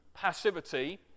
passivity